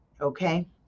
Okay